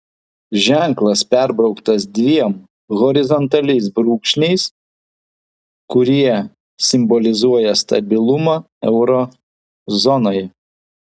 ženklas perbrauktas dviem horizontaliais brūkšniais kurie simbolizuoja stabilumą euro zonoje